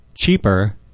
cheaper